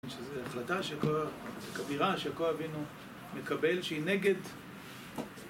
שזו החלטה שיעקב, כבירה, שיעקב אבינו מקבל, שהיא נגד